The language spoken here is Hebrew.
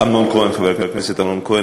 וחבר הכנסת אמנון כהן,